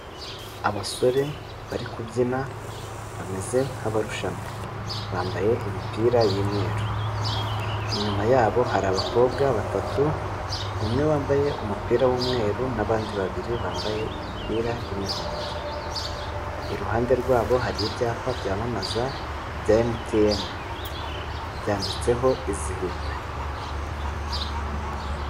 Abasore bari kubyina bameze nk'abarushanwa bambaye imipira y'imyeru, inyuma yabo hari abakobwa batatu, umwe wambaye umupira w'umweru n'abandi babiri bambaye imipira y'umuhondo, iruhande rwabo hari ibyapa byamamaza bya emutiyene byanditseho izihirwe.